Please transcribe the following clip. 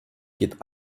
geht